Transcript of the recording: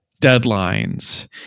deadlines